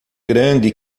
grande